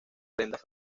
prendas